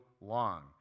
long